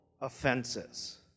offenses